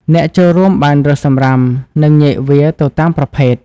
អ្នកចូលរួមបានរើសសំរាម និងញែកវាទៅតាមប្រភេទ។